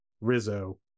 Rizzo